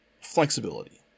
flexibility